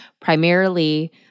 Primarily